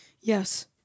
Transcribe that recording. Yes